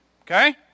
Okay